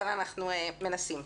אבל אנחנו מנסים.